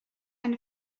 eine